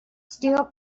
still